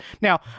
Now